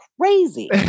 crazy